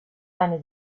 eine